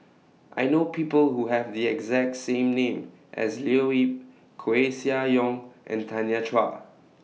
I know People Who Have The exact same name as Leo Yip Koeh Sia Yong and Tanya Chua